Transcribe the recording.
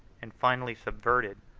and finally subverted,